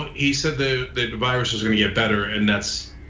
um he said the the virus is gonna get better and that's